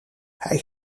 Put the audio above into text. hij